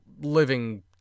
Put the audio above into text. living